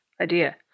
idea